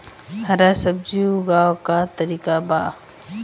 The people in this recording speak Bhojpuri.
हरा सब्जी उगाव का तरीका बताई?